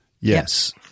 Yes